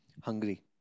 hungry